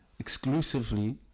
Exclusively